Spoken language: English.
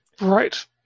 Right